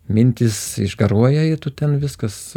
mintys išgaruoja ir tu ten viskas